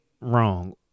wrong